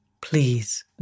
please